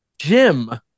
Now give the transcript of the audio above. Jim